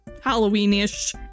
Halloween-ish